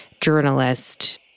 journalist